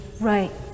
Right